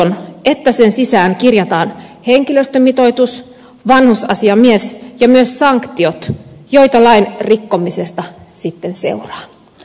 toivon että sen sisään kirjataan henkilöstömitoitus vanhusasiamies ja myös sanktiot joita lain rikkomisesta sitten seuraa